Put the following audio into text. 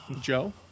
Joe